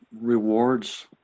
rewards